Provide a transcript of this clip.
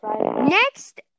next